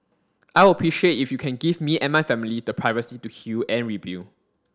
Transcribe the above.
I would appreciate if you can give me and my family the privacy to heal and rebuild